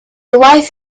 wife